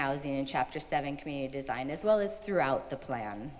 housing in chapter seven community design as well as throughout the plan